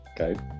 Okay